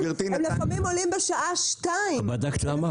הם לפעמים עולים בשעה 14:00. בדקת למה?